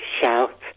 shout